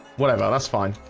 whatever. that's fine